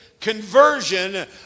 conversion